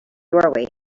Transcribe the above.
doorway